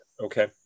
Okay